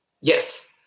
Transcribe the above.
Yes